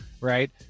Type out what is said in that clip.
right